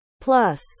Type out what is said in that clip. Plus